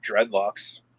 dreadlocks